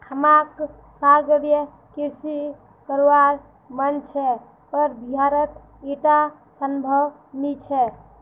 हमाक सागरीय कृषि करवार मन छ पर बिहारत ईटा संभव नी छ